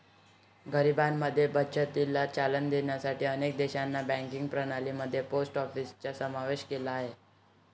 गरिबांमध्ये बचतीला चालना देण्यासाठी अनेक देशांनी बँकिंग प्रणाली मध्ये पोस्ट ऑफिसचा समावेश केला आहे